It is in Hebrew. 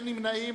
אין נמנעים.